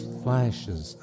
flashes